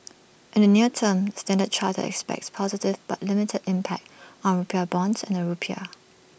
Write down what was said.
in the near term standard chartered expects positive but limited impact on rupiah bonds and the rupiah